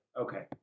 Okay